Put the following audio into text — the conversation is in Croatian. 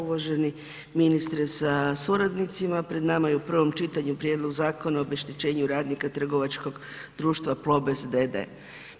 Uvaženi ministre sa suradnicima, pred nama je u prvom čitanju prijedlog Zakona o obeštećenju radnika trgovačkog društva Plobest d.d.